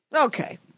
Okay